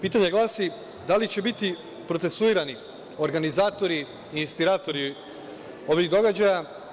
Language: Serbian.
Pitanje glasi – da li će biti procesuirani organizatori i inspiratori ovih događaja?